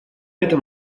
этом